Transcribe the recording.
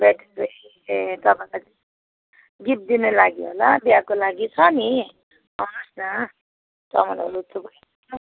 bed ए तपाईँलाई gift दिनु लागि होला बिहाको लागि छ नि आउनुहोस् न समानहरू थुप्रै छ